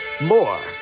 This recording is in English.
More